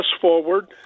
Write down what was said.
forward